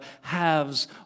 haves